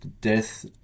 death